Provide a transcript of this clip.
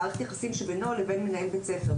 במערכת היחסים שבינו לבין מנהל בית הספר.